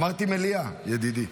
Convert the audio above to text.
אמרתי מליאה, ידידי.